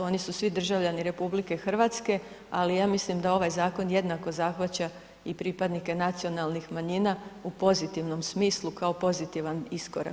Oni su svi državljani RH, ali ja mislim da ovaj zakon jednako zahvaća i pripadnike nacionalnih manjina u pozitivom smislu kao pozitivan iskorak.